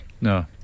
No